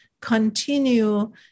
continue